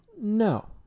No